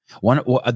One